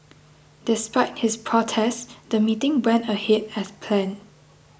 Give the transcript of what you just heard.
despite his protest the meeting went ahead as planned